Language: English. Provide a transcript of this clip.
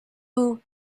who